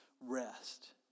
rest